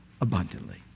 abundantly